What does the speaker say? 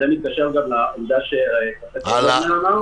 זה מתקשר גם לדברים שפרופ' לרנר אמר.